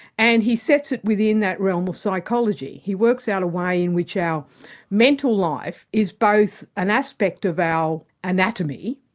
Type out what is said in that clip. and he sets it within that realm of psychology. he works out a way in which our mental life is both an aspect of our anatomy,